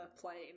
plane